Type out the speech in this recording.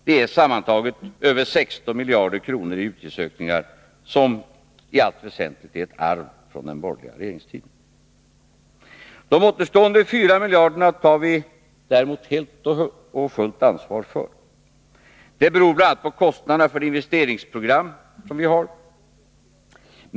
Det är sammantaget över 16 miljarder kronor i NESOKninger om i allt väsentligt är ett BEv en den borgerliga politiska åtgärder regeringstiden. De återstående 4 miljarderna tar vi däremot helt och fullt m.m. vi har.